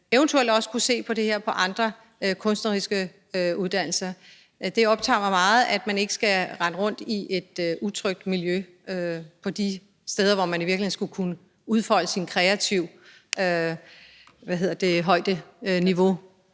eventuelt også kunne se på det her på andre kunstneriske uddannelser. Det optager mig meget, at man ikke skal rende rundt i et utrygt miljø de steder, hvor man i virkeligheden skulle kunne udfolde sit høje kreative niveau.